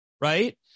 right